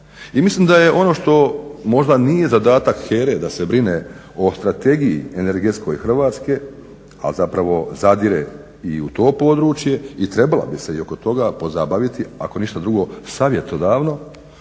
I mislim da je ono što možda nije zadatak HERA-e da se brine o strategiji energetskoj Hrvatske, a zapravo zadire i u to područje i trebala bi se i oko toga pozabaviti ako ništa drugo savjetodavno,